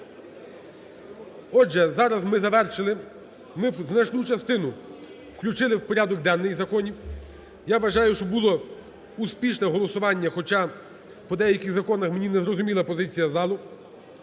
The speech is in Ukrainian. Отже, зараз ми завершили, ми значну частину включили в порядок денний законів. Я вважаю, що було успішне голосування, хоча по деяких законах мені незрозуміла позиція залу.